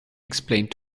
explained